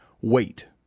wait